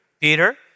Peter